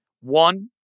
One